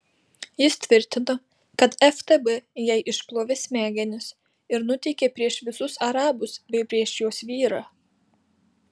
jis tvirtino kad ftb jai išplovė smegenis ir nuteikė prieš visus arabus bei prieš jos vyrą